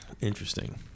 Interesting